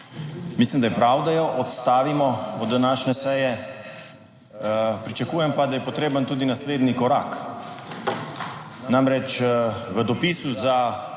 Mislim, da je prav, da jo odstavimo od današnje seje. Pričakujem pa, da je potreben tudi naslednji korak. Namreč, v dopisu za